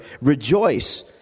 Rejoice